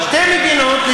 שתי מדינות.